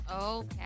okay